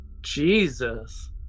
Jesus